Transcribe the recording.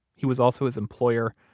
he was also his employer,